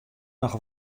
noch